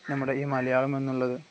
നമ്മുടെ ഈ മലയാളം എന്നുള്ളത്